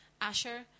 Asher